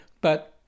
But-